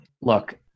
Look